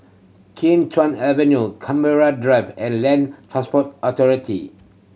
Kim Chuan Avenue Canberra Drive and Land Transport Authority